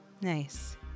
Nice